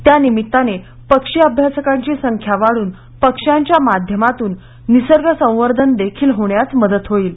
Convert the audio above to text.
त्यानिमित्ताने पक्षी अभ्यासकांची संख्या वाढून पक्षांच्या माध्यमातून निसर्ग संवर्धन देखील होण्यास मदत होईल